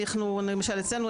אצלנו למשל,